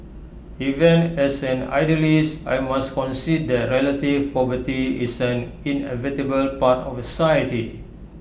even as an idealist I must concede that relative poverty is an inevitable part of society